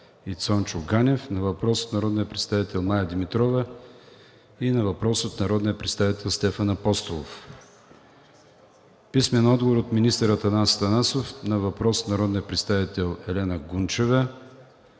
и Цончо Ганев; на въпрос от народния представител Мая Димитрова; на въпрос от народния представител Стефан Апостолов; - министър Атанас Атанасов на въпрос от народния представител Елена Гунчева;